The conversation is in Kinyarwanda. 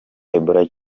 ebola